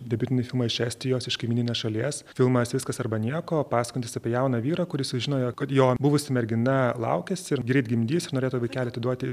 debiutinį filmą iš estijos iš kaimyninės šalies filmas viskas arba nieko pasakojantis apie jauną vyrą kuris sužinojo kad jo buvusi mergina laukiasi ir greit gimdys ir norėtų vaikelį atiduoti